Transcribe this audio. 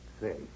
Say